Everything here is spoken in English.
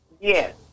Yes